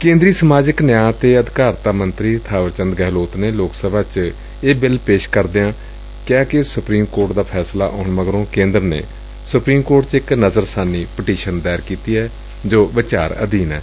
ਕੇਦਰੀ ਸਮਾਜਿਕ ਨਿਆਂ ਅਤੇ ਅਧਿਕਾਰਤਾ ਮੰਤਰੀ ਬਾਵਰ ਚੰਦ ਗਹਿਲੋਤ ਨੇ ਲੋਕ ਸਭਾ ਚ ਇਹ ਬਿੱਲ ਪੇਸ਼ ਕਰਦਿਆਂ ਕਿਹਾ ਕਿ ਸੁਪਰੀਮ ਕੋਰਟ ਦਾ ਫੈਸਲਾ ਆਉਣ ਮਗਰੋਂ ਕੇਂਦਰ ਨੇ ਸੁਪਰੀਮ ਕੋਰਟ ਚ ਇਕ ਨਜ਼ਰਸਾਨੀ ਪਟੀਸ਼ਨ ਦਾਇਰ ਕੀਤੀ ਏ ਜੋ ਵਿਚਾਰ ਅਧੀਨ ਏ